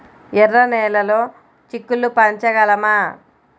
ఎర్ర నెలలో చిక్కుళ్ళు పెంచగలమా?